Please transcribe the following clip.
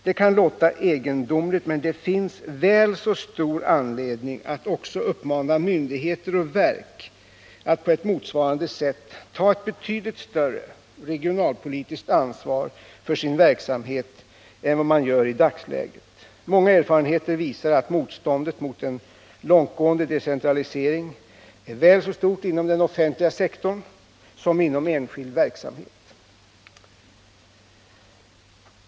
Det kan låta egendomligt, men det finns väl så stor anledning att också uppmana myndigheter och verk att på ett motsvarande sätt ta ett betydligt större regionalpolitiskt ansvar för sin verksamhet än vad man gör i dagsläget. Många erfarenheter visar att motståndet mot en långtgående decentralisering är väl så stort inom den offentliga sektorn som inom enskild verksamhet.